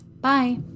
Bye